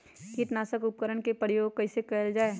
किटनाशक उपकरन का प्रयोग कइसे कियल जाल?